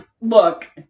look